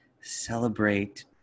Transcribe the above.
celebrate